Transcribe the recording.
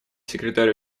секретарь